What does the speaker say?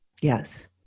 Yes